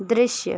दृश्य